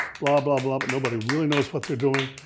blah blah blah, but nobody really knows what they're doing.